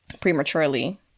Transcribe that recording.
prematurely